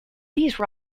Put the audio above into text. these